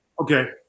okay